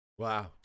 Wow